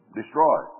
destroy